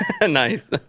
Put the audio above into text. nice